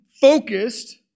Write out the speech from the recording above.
focused